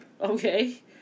Okay